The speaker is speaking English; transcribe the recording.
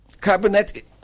Cabinet